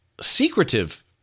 secretive